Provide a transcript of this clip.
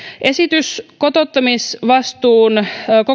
esitys kotouttamisvastuun